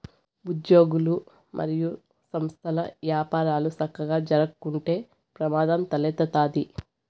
ఉజ్యోగులు, మరియు సంస్థల్ల యపారాలు సక్కగా జరక్కుంటే ప్రమాదం తలెత్తతాది